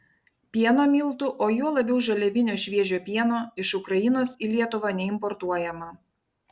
pieno miltų o juo labiau žaliavinio šviežio pieno iš ukrainos į lietuvą neimportuojama